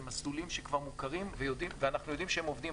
מסלולים שכבר מוכרים ואנחנו יודעים שהם עובדים.